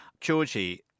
Georgie